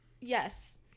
Yes